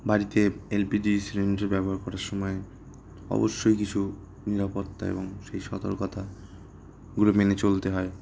বাড়িতে LPG cylinder ব্যবহার করার সময় অবশ্যই কিছু নিরাপত্তা এবং সেই সতর্কতাগুলো মেনে চলতে হয়